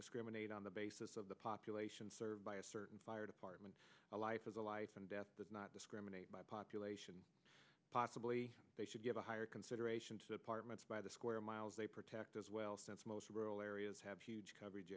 discriminate on the basis of the population served by a certain fire department a life as a life and death does not discriminate by population possibly they should give a higher consideration to the apartments by the square miles they protect as well since most rural areas have huge coverage